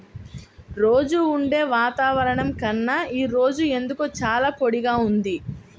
రోజూ ఉండే వాతావరణం కన్నా ఈ రోజు ఎందుకో చాలా పొడిగా ఉంది